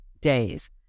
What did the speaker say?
days